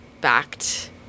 backed